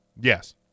Yes